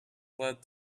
led